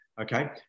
okay